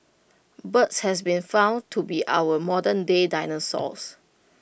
birds has been found to be our modernday dinosaurs